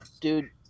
Dude